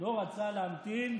לא רצה להמתין,